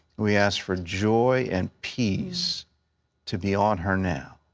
we ask for joy and peace to be on her now.